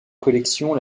collection